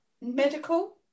medical